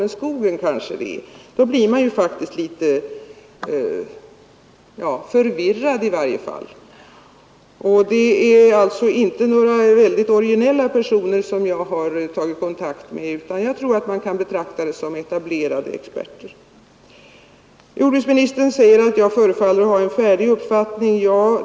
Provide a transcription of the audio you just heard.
Men i skogen kanske det är försurning.” Då blir man faktiskt litet förvirrad. De personer som jag har tagit kontakt med kan inte anses som särskilt ”originella”, utan jag anser att man kan betrakta dem som etablerade experter. Jordbruksministern säger att jag förefaller att ha en färdig uppfattning.